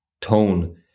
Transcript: tone